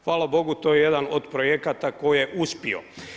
Hvala Bogu to je jedan od projekata koji je uspio.